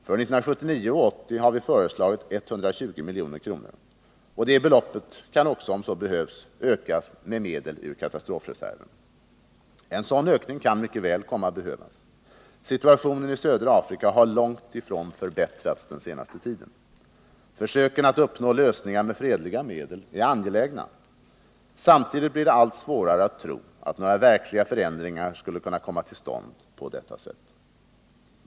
För 1979/80 har vi föreslagit 120 milj.kr. Och det beloppet kan också om så behövs ökas med medel ur katastrofreserven. En sådan ökning kan mycket väl komma att behövas. Situationen i södra Afrika har långt ifrån förbättrats den senaste tiden. Försöken att uppnå lösningar med fredliga medel är angelägna. Samtidigt blir det allt svårare att tro att några verkliga förändringar skulle kunna komma till stånd på detta sätt.